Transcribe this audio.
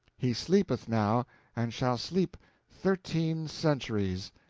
he sleepeth now and shall sleep thirteen centuries.